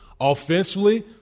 offensively